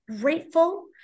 grateful